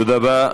תודה רבה.